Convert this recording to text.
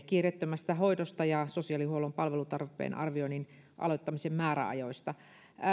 kiireettömästä hoidosta ja sosiaalihuollon palvelutarpeen arvioinnin aloittamisen määräajoista annetun asetuksen jatkamisen suhteen